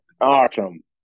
Awesome